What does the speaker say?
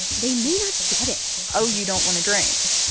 they may not get it oh, you don't want to drink.